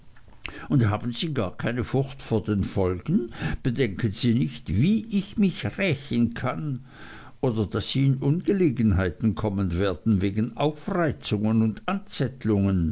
und haben sie gar keine furcht vor den folgen bedenken sie nicht wie ich mich rächen kann oder daß sie in ungelegenheiten kommen werden wegen aufreizungen und